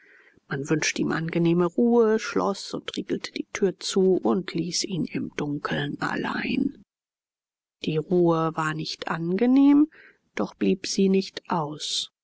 man wünschte ihm angenehme ruhe schloß und riegelte die tür zu und ließ ihn im dunkeln allein die ruhe war nicht angenehm doch blieb sie nicht aus